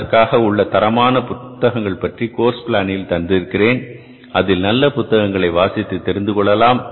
அதற்காக உள்ள தரமான புத்தகங்கள் பற்றி Course Plan தந்திருக்கிறேன் அதில் நல்ல புத்தகங்களை வாசித்து தெரிந்துகொள்ளலாம்